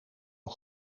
een